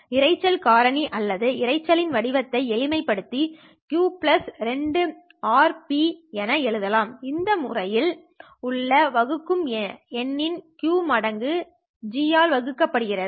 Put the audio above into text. இரைச்சல் காரணி அல்லது இரைச்சலின் வடிவத்தை எளிமைப்படுத்தி q2Rρase என எழுதலாம் இந்த விதிமுறையில் உள்ள வகுக்கும் எண்ணின் q மடங்கு G ஆல் வகுக்கப்படுகிறது